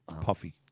Puffy